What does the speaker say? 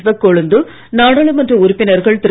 சிவக்கொழுந்து நாடாளுமன்ற உறுப்பினர்கள் திரு